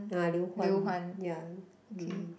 ah Liu-Huan ya mm